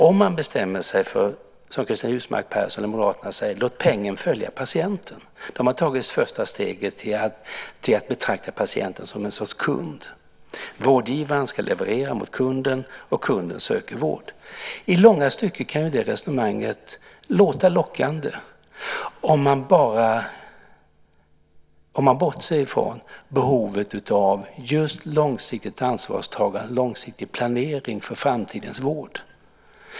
Om man bestämmer sig, som Cristina Husmark Pehrsson och Moderaterna, för att låta pengen följa patienten har man tagit första steget till att betrakta patienten som en sorts kund. Vårdgivaren ska leva mot kunden, och kunden söker vård. I långa stycken kan det resonemanget låta lockande, om man bortser från behovet av just långsiktigt ansvarstagande, långsiktig planering för framtidens vård.